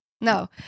No